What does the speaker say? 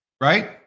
right